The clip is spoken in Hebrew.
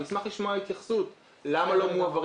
אני אשמח לשמוע התייחסות למה לא מועברים